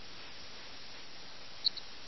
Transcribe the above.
ലഖ്നൌ നഗരം ശാന്തമായി ഉറങ്ങുകയായിരുന്നു